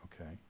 Okay